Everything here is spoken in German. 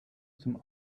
zum